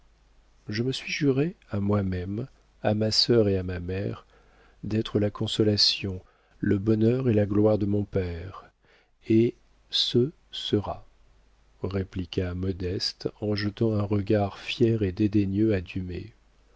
je me suis juré à moi-même à ma sœur et à ma mère d'être la consolation le bonheur et la gloire de mon père et ce sera répliqua modeste en jetant un regard fier et dédaigneux à